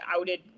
outed